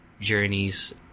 journeys